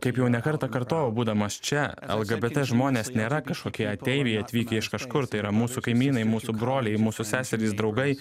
kaip jau ne kartą kartojau būdamas čia lgbt žmonės nėra kažkokie ateiviai atvykę iš kažkur tai yra mūsų kaimynai mūsų broliai mūsų seserys draugai